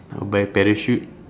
I will buy parachute